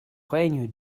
règne